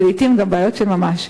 ולעתים גם בעיות של ממש.